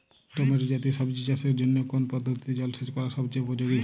Tomato জাতীয় সবজি চাষের জন্য কোন পদ্ধতিতে জলসেচ করা সবচেয়ে উপযোগী?